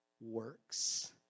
works